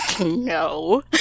no